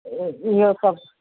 इहो सभु